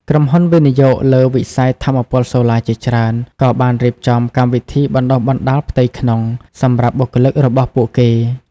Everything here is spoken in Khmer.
ក្រុមហ៊ុនវិនិយោគលើវិស័យថាមពលសូឡាជាច្រើន ក៏បានរៀបចំ កម្មវិធីបណ្តុះបណ្តាលផ្ទៃក្នុង សម្រាប់បុគ្គលិករបស់ពួកគេ។